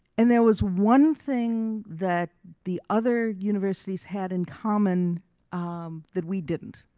and there was one thing that the other universities had in common um that we didn't,